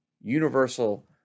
universal